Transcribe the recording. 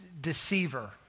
deceiver